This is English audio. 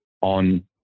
on